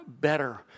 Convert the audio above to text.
better